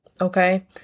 Okay